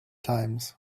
times